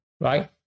right